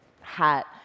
hat